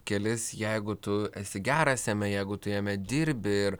kelis jeigu tu esi geras jame jeigu tu jame dirbi ir